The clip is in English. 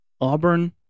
Auburn